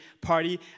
party